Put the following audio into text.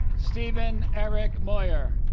stephen eric moyer